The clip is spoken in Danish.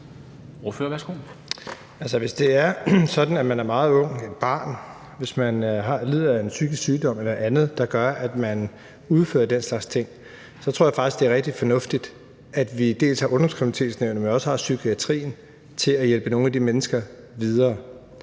Hvis det er sådan, at man er meget ung, et barn, hvis man lider af en psykisk sygdom eller andet, der gør, at man udfører den slags ting, så tror jeg faktisk, det er rigtig fornuftigt, at vi dels har Ungdomskriminalitetsnævnet, dels har psykiatrien til at hjælpe nogle af de mennesker videre.